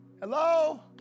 hello